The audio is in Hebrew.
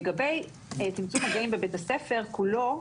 לגבי צמצום מגעים בבית הספר כולו.